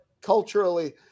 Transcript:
culturally